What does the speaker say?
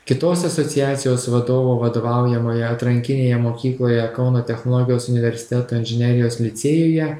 kitos asociacijos vadovo vadovaujamoje atrankinėje mokykloje kauno technologijos universiteto inžinerijos licėjuje